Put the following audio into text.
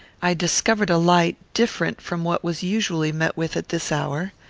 i discovered a light different from what was usually met with at this hour.